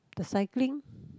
the cycling